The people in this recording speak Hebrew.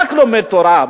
רק לומד תורה,